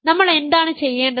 നമ്മൾ എന്താണ് ചെയ്യേണ്ടത്